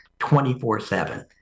24-7